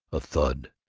a thud.